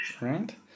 right